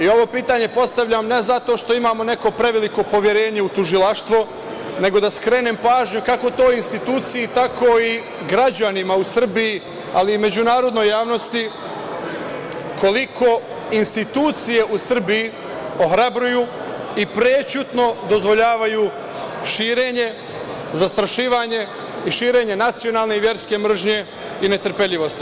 Ovo pitanje postavljam, ne zato što imamo neko preveliko poverenje u tužilaštvo, nego da skrenem pažnju kako toj instituciji, tako i građanima u Srbiji, ali i međunarodnoj javnosti koliko institucije u Srbiji ohrabruju i prećutno dozvoljavaju širenje, zastrašivanje i širenje nacionalne i verske mržnje i netrpeljivosti.